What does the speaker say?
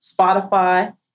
Spotify